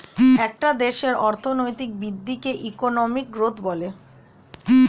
একটা দেশের অর্থনৈতিক বৃদ্ধিকে ইকোনমিক গ্রোথ বলে